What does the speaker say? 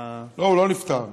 לא, הוא לא נפתר.